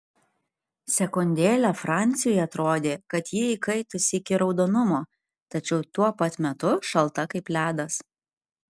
sekundėlę franciui atrodė kad ji įkaitusi iki raudonumo tačiau tuo pat metu šalta kaip ledas